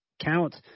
count